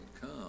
come